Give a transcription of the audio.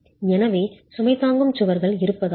எனவே சுமை தாங்கும் சுவர்கள் இருப்பதால் தான்